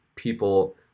People